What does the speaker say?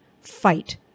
fight